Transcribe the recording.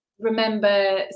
remember